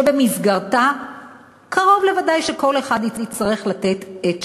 שבמסגרתה קרוב לוודאי שכל אחד יצטרך לתת את שלו,